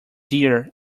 dear